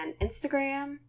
Instagram